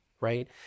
right